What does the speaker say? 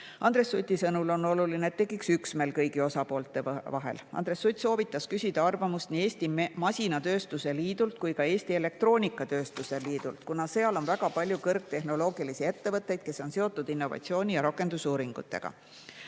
Andres Suti sõnul on oluline, et tekiks üksmeel kõigi osapoolte vahel. Ta soovitas küsida arvamust nii Eesti Masinatööstuse Liidult kui ka Eesti Elektroonikatööstuse Liidult, kuna seal on väga palju kõrgtehnoloogilisi ettevõtteid, kes on seotud innovatsiooni ja rakendusuuringutega.